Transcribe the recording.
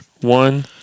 One